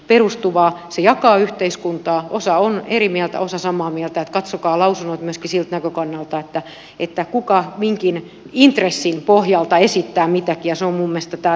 se jakaa yhteiskuntaa osa on eri mieltä osa samaa mieltä niin että katsokaa lausunnot myöskin siltä näkökannalta kuka minkäkin intressin pohjalta esittää mitäkin